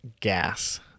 Gas